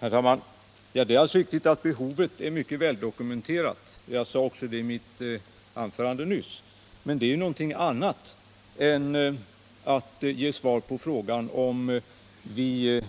Herr talman! Det är alldeles riktigt att behovet är mycket väldokumenterat. Jag sade också det i mitt anförande nyss. Men att säga det är någonting annat än att svara på frågan om vi